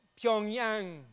Pyongyang